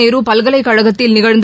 நேரு பல்கலைக்கழகத்தில் நிகழ்ந்த